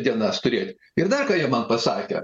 dienas turėti ir dar ką jie man pasakė